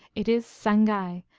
it is sangai,